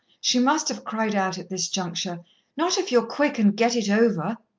she must have cried out at this juncture not if you're quick and get it over!